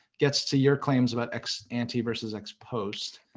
gets to your claims about ex ante versus ex post.